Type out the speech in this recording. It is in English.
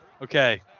Okay